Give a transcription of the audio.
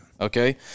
Okay